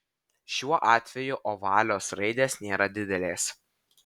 šiuo atveju ovalios raidės nėra didelės